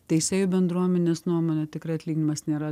teisėjų bendruomenės nuomone tikrai atlyginimas nėra